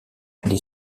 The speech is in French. les